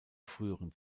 früheren